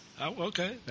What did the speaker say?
Okay